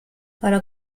para